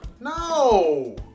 No